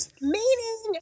meaning